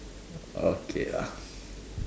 okay lah